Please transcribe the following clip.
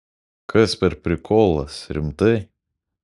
kas per prikolas rimtai